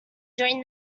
during